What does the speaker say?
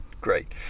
Great